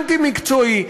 אנטי-מקצועי,